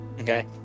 Okay